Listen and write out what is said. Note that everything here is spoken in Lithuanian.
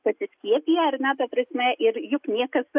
pasiskiepiję ar ne ta prasme ir juk niekas